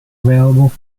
available